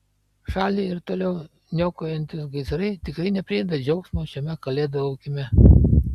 šalį ir toliau niokojantys gaisrai tikrai neprideda džiaugsmo šiame kalėdų laukime